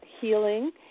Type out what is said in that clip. healing